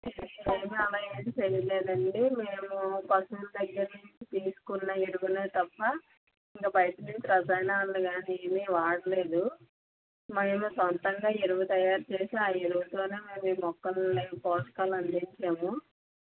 మేము అలా ఏమీ చేయలేదండి మేము పశువుల దగ్గర నుంచి తీసుకున్న ఎరువులే తప్ప ఇంక బయట నుంచి రసాయనాలు గానీ ఏమీ వాడలేదు మేమే సొంతంగా ఎరువు తయారు చేసి ఆ ఎరువుతోనే మేము ఈ మొక్కల్ని పోషకాలు అందిచాము